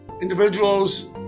individuals